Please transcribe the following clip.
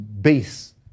base